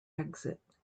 exit